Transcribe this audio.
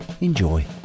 enjoy